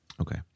Okay